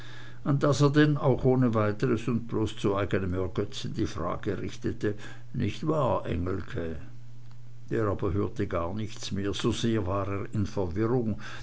das er denn auch ohne weiteres und bloß zu eignem ergötzen die frage richtete nich wahr engelke der aber hörte gar nichts mehr so sehr war er in verwirrung